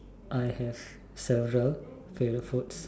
I have several favourite foods